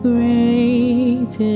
Great